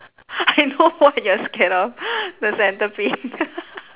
I know what you're scared of the centipede